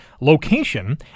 location